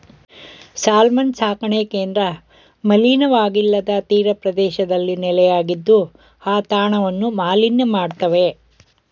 salmon ಸಾಕಣೆ ಕೇಂದ್ರ ಮಲಿನವಾಗಿಲ್ಲದ ತೀರಪ್ರದೇಶದಲ್ಲಿ ನೆಲೆಯಾಗಿದ್ದು ಆ ತಾಣವನ್ನು ಮಾಲಿನ್ಯ ಮಾಡ್ತವೆ